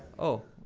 oh.